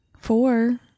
four